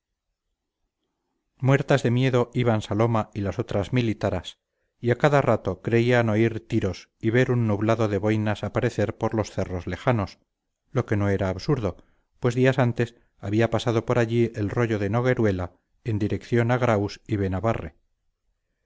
muertas de miedo iban saloma y las otras militaras y a cada rato creían oír tiros y ver un nublado de boinas aparecer por los cerros lejanos lo que no era absurdo pues días antes había pasado por allí el royo de nogueruela en dirección a graus y